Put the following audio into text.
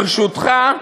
ברשותך,